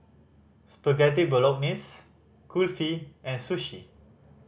Spaghetti Bolognese Kulfi and Sushi